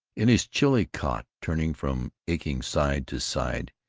in his chilly cot, turning from aching side to side,